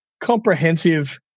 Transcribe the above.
comprehensive